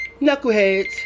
Knuckleheads